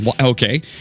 Okay